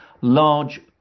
large